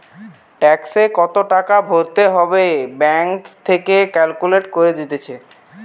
ট্যাক্সে কত টাকা ভরতে হবে ব্যাঙ্ক থেকে ক্যালকুলেট করে দিতেছে